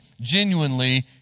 genuinely